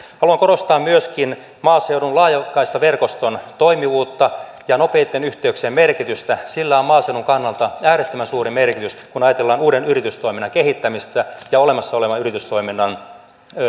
haluan korostaa myöskin maaseudun laajakaistaverkoston toimivuutta ja nopeitten yhteyksien merkitystä sillä on maaseudun kannalta äärettömän suuri merkitys kun ajatellaan uuden yritystoiminnan kehittämistä ja olemassa olevan yritystoiminnan